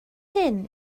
hyn